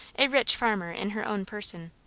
a rich farmer in her own person.